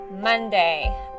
monday